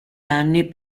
anni